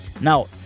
Now